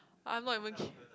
I'm not even ki~